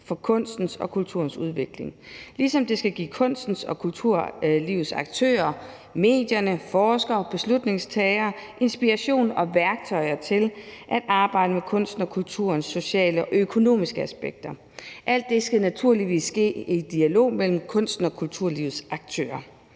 for kunstens og kulturens udvikling, ligesom det skal give kunstens og kulturlivets aktører og medierne, forskerne og beslutningstagerne inspiration og værktøjer til at arbejde med kunstens og kulturens sociale og økonomiske aspekter. Alt det skal naturligvis ske i dialog med kunstens og kulturlivets aktører.